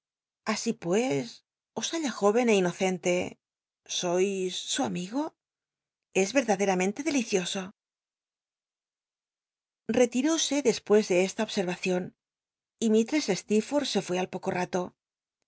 así pues os halla jóren é inocente sois su amigo es erdaderamenlc delicioso hctiróse clcspues de esta observacion y mistess stecl'l nth se fué al poco rato